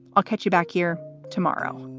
i'll catch you back here tomorrow